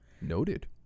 Noted